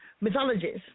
mythologies